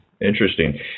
Interesting